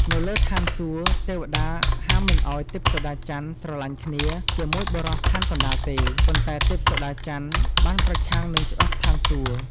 នៅលើឋានសួគ៌ ទេវតាហាមមិនឲ្យទិព្វសូដាច័ន្ទ ស្រឡាញ់គ្នា ជាមួយបុរសឋានកណ្ដាលទេ ប៉ុន្ដែ ទិព្វសូដាច័ន្ទ បានប្រឆាំងនឹងច្បាប់ឋានសួគ៌។